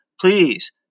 please